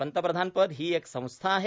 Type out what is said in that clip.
पंतप्रधान पद हिं एक संस्था आहे